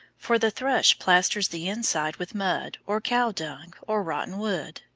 for the thrush plasters the inside with mud, or cow-dung, or rotten wood,